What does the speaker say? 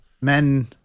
men